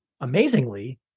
Amazingly